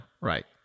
right